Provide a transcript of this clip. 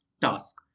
task